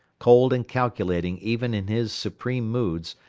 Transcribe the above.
cold and calculating even in his supreme moods,